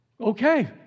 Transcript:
Okay